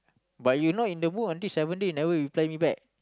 but you not in the mood until seven day you never reply me back